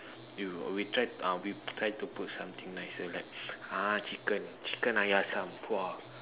you we try uh we try to put something nicer like ah chicken chicken air asam !wah!